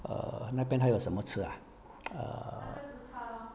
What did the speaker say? err 那边还有什么吃 ah